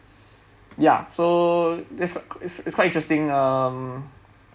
ya so that's qui~ it's it's quite interesting um